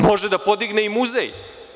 Može da podigne i muzej.